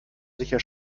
sicher